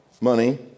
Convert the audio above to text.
money